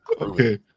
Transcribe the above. Okay